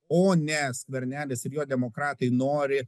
o ne skvernelis ir jo demokratai nori